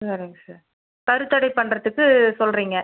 சரிங்க சார் கருத்தரிப்பு பண்ணுறதுக்கு சொல்றிங்க